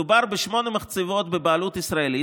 מדובר בשמונה מחצבות בבעלות ישראלית